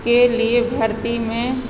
के लिए भर्ती में